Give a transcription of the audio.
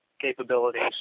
capabilities